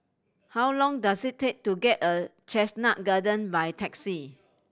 how long does it take to get a Chestnut Garden by taxi